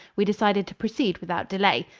we decided to proceed without delay.